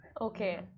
Okay